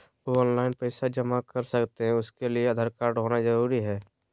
Online पैसा जमा कर सकते हैं उसके लिए आधार कार्ड होना जरूरी है?